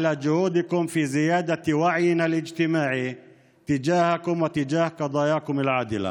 מאמציכם להגברת המודעות החברתית אצלנו כלפיכם וכלפי תלונותיכם המוצדקות.